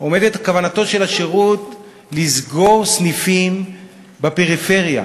עומדת כוונתו של השירות לסגור סניפים בפריפריה: